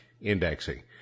indexing